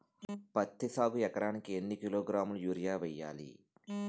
పత్తి సాగుకు ఎకరానికి ఎన్నికిలోగ్రాములా యూరియా వెయ్యాలి?